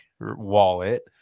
wallet